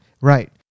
Right